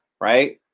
right